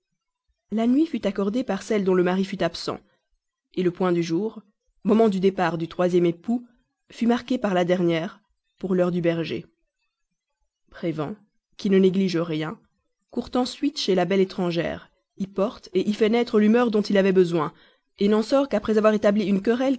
la nuit fut accordée par celle dont le mari était absent le point du jour moment du départ du troisième époux fut marqué par la dernière pour l'heure du berger prévan qui ne néglige rien court ensuite chez la belle étrangère y porte y fait naître l'humeur dont il avait besoin n'en sort qu'après avoir établi une querelle